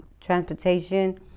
transportation